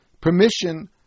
permission